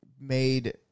made